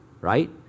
right